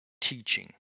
teaching